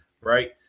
right